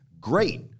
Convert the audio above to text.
Great